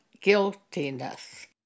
guiltiness